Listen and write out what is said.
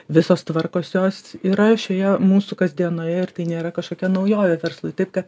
visos tvarkos jos yra šioje mūsų kasdienoje ir tai nėra kažkokia naujovė verslui taip kad